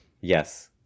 Yes